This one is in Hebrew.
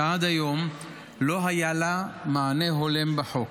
שעד היום לא היה לה מענה הולם בחוק.